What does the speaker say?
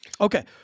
okay